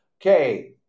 Okay